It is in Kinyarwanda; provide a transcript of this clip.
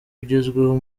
ugezweho